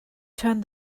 turned